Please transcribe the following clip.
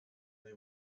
they